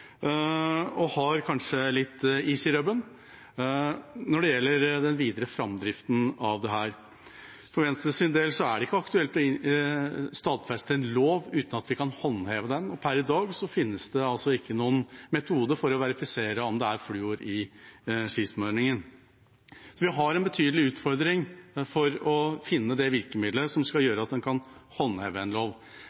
og kanskje har litt «is i rubben» når det gjelder den videre framdriften. For Venstres del er det ikke aktuelt å stadfeste en lov uten at vi kan håndheve den, og per i dag finnes det ikke noen metode for å verifisere om det er fluor i skismurningen. Så vi har en betydelig utfordring i å finne det virkemidlet som skal